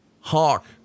Hawk